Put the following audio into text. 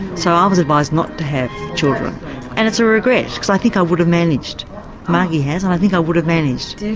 so ah i was advised not to have children and it's a regret because i think i would have managed margie has and i think i would have managed.